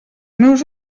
meus